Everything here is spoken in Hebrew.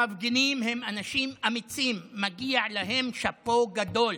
המפגינים הם אנשים אמיצים, מגיע להם שאפו גדול.